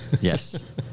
Yes